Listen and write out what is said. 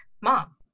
mom